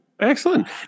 Excellent